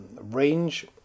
range